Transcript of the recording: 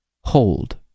hold